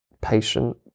patient